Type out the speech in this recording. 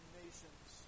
nations